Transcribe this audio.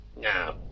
No